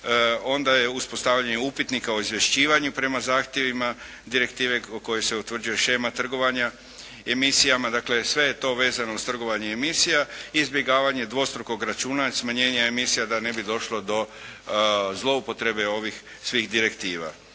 Onda je uspostavljanje upitnika o izvješćivanju prema zahtjevima direktive u kojoj se utvrđuje shema trgovanja emisijama. Dakle, sve je to vezano uz trgovanje emisija i izbjegavanje dvostrukog računa, smanjenje emisija da ne bi došlo do zloupotrebe ovih svih direktiva.